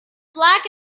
black